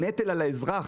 הנטל על האזרח.